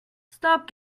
stop